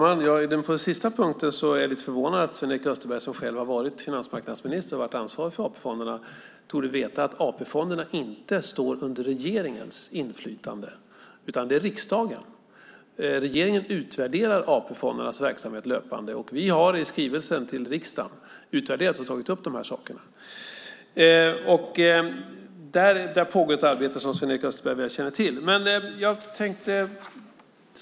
Fru talman! På den sista punkten är jag lite förvånad. Sven-Erik Österberg, som själv har varit finansmarknadsminister och ansvarig för AP-fonderna, torde veta att AP-fonderna inte står under regeringens utan riksdagens inflytande. Regeringen utvärderar AP-fondernas verksamhet löpande, och vi har i skrivelsen till riksdagen utvärderat och tagit upp de här sakerna. Där pågår ett arbete, som Sven-Erik Österberg väl känner till.